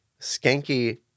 Skanky